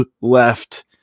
left